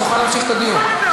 שנוכל להמשיך את הדיון.